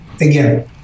again